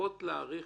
פחות להאריך